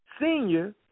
senior